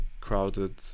crowded